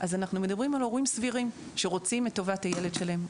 אז אנחנו מדברים על הורים סבירים שרוצים את טובת הילד שלהם,